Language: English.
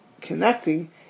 connecting